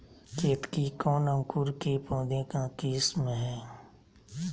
केतकी कौन अंकुर के पौधे का किस्म है?